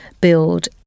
build